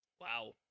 Wow